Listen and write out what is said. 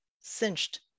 cinched